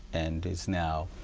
and it's now